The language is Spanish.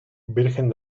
virgen